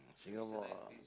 Singapore